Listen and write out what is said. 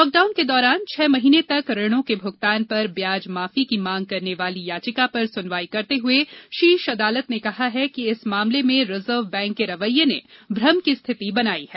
lockdown के दौरान छह महीने तक ऋणों के भुगतान पर ब्याज माफी की मांग करने वाली याचिका पर सुनवाई करते हुए शीर्ष अदालत ने कहा है कि इस मामले में रिजर्व बैंक के रवैये ने भ्रम की स्थिति बनाई है